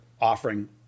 offering